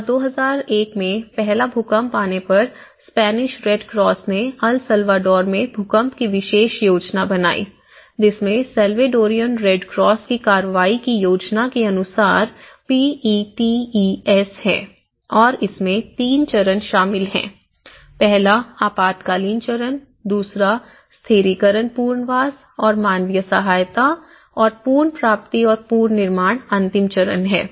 और 2001 में पहला भूकंप आने पर स्पैनिश रेड क्रॉस ने अल सल्वाडोर में भूकंप की विशेष योजना बनाई जिसमें साल्वाडोरियन रेड क्रॉस की कार्रवाई की योजना के अनुसार P E T E S है और इसमें तीन चरण शामिल हैं पहला आपातकालीन चरणदूसरा स्थिरीकरण पुनर्वास और मानवीय सहायता और पुनर्प्राप्ति और पुनर्निर्माण अंतिम चरण है